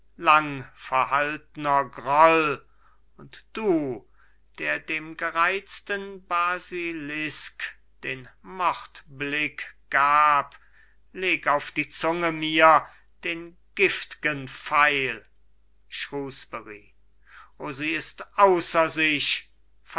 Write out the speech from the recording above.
höhle langverhaltner groll und du der dem gereizten basilisk den mordblick gab leg auf die zunge mir den gift'gen pfeil shrewsbury o sie ist außer sich